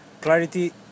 Clarity